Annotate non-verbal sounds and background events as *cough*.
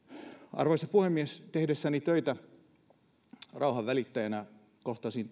arvoisa puhemies tehdessäni töitä rauhanvälittäjänä kohtasin *unintelligible*